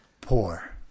poor